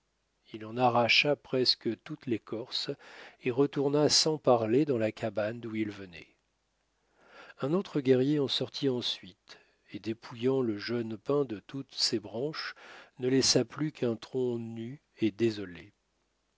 il en arracha presque toute l'écorce et retourna sans parler dans la cabane d'où il venait un autre guerrier en sortit ensuite et dépouillant le jeune pin de toutes ses branches ne laissa plus qu'un tronc nu et désolé